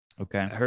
Okay